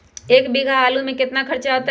एक बीघा आलू में केतना खर्चा अतै?